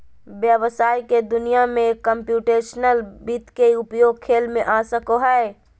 व्हवसाय के दुनिया में कंप्यूटेशनल वित्त के उपयोग खेल में आ सको हइ